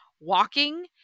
walking